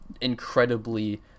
incredibly